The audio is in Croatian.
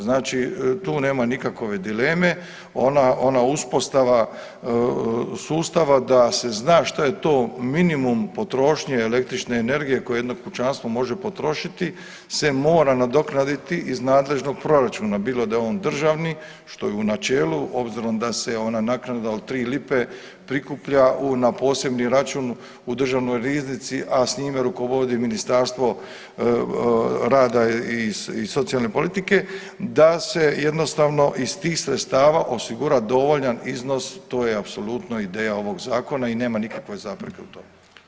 Znači tu nema nikakove dileme, ona ona uspostava sustava da se zna šta je to minimum potrošnje električne energije koje jedno kućanstvo može potrošiti se mora nadoknaditi iz nadležnog proračuna bilo da je on državni što je u načelu obzirom da se ona naknada od 3 lipe prikuplja na posebni račun u Državnoj riznici, a s njime rukovodi Ministarstvo rada i socijalne politike, da se jednostavno iz tih sredstava osigura dovoljan iznos to je apsolutno ideja ovog zakona i nema nikakve zapreke u tome.